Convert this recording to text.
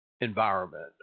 environment